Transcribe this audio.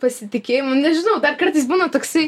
pasitikėjimo nežinau bet kartais būna toksai